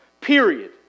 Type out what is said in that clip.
Period